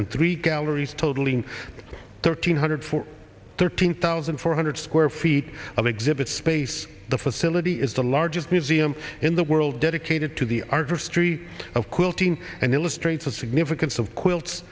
and three galleries totaling thirteen hundred for thirteen thousand four hundred square feet of exhibit space the facility is the largest museum in the world dedicated to the artistry of quilting and illustrates the significance of quilts